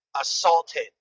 assaulted